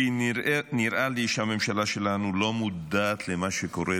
כי נראה לי שהממשלה שלנו לא מודעת למה שקורה,